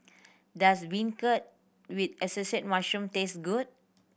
does beancurd with assorted mushroom taste good